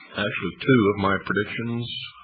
actually two, of my predictions.